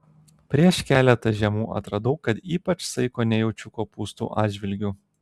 prieš keletą žiemų atradau kad ypač saiko nejaučiu kopūstų atžvilgiu